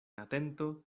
atento